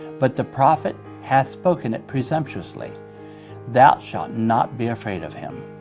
but the prophet hath spoken it presumptuously thou shalt not be afraid of him.